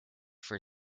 for